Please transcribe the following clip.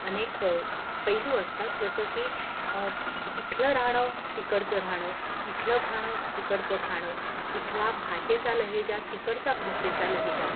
अनेक पैलू असतात जसं की इथलं राहाणं तिकडचं राहाणं इथलं खाणं तिकडचं खाणं इथला भाषेचा लहेजा तिकडचा भाषेचा लहेजा